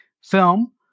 film